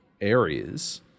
areas